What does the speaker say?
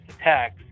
attacks